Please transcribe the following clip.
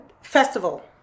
festival